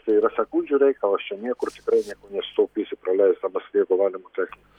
čia yra sekundžių reikalas čia niekur tikrai nieko nesutaupysi praleisidamas vieną valymo techniką